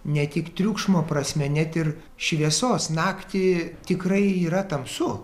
ne tik triukšmo prasme net ir šviesos naktį tikrai yra tamsu